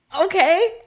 Okay